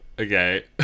Okay